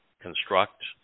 construct